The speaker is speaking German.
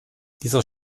dieser